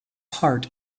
heart